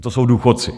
To jsou důchodci.